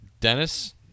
Dennis